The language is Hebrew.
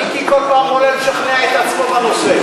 מיקי לוי כל הזמן עולה לשכנע את עצמו בנושא.